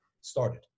started